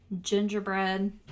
gingerbread